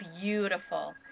Beautiful